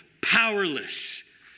powerless